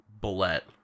bullet